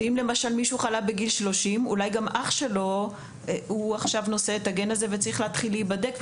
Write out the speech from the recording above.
אם מישהו חלה בגיל 30 אולי גם אח שלו נושא את הגן וצריך להתחיל להיבדק.